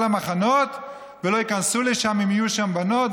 המחנות ולא ייכנסו לשם אם יהיו שם בנות?